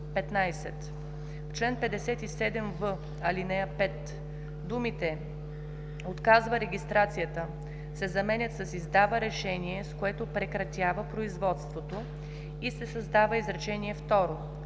чл. 57в, ал. 5 думите „отказва регистрацията“ се заменят с „издава решение, с което прекратява производството“ и се създава изречение второ: